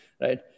right